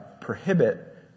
prohibit